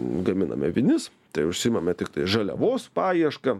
gaminame vinis tai užsiimame tiktai žaliavos paieška